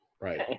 Right